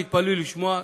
תתפלאו לשמוע,